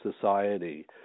society